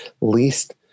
least